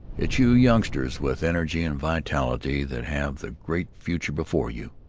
it's you youngsters with energy and vitality that have the great future before you.